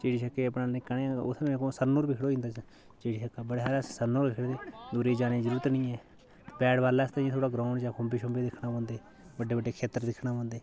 चिड़ी छिक्के गी अपना निक्का नेहा उत्थें दिक्खो सन पर बी खढोई जंदा चिड़ी छिक्का बड़े सारें सन पर खेढदे दूरै गी जाने दी जरूरत नी ऐ बैट बाल आस्तै इयां थोह्ड़ा ग्राउंड जां खुम्बे छुम्बे दिक्खने पौंदे बड्डे बड्डे खेत्तर दिक्खने पौंदे